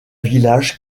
village